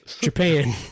Japan